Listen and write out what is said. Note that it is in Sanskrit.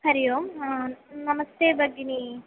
हरिः ओम् नमस्ते भगिनी